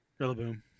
Rillaboom